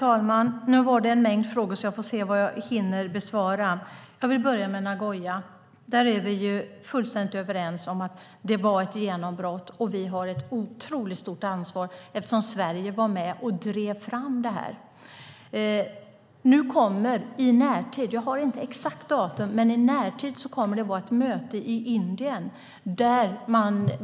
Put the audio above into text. Herr talman! En mängd frågor har ställts. Återstår att se vad jag hinner besvara. Jag börjar med Nagoya. Där är vi fullständigt överens om att det var ett genombrott. Vi har ett otroligt stort ansvar eftersom Sverige var med och drev fram det här. I närtid - jag har inte det exakta datumet - kommer det att vara ett möte i Indien.